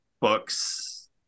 books